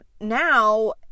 now